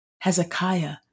Hezekiah